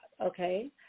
Okay